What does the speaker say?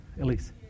Elise